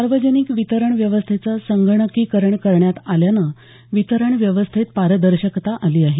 सार्वजनिक वितरण व्यवस्थेचं संगणकीकरण करण्यात आल्यानं वितरण व्यवस्थेत पारदर्शकता आली आहे